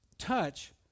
touch